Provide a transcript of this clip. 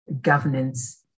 governance